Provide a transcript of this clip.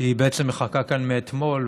בעצם מחכה כאן מאתמול,